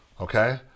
okay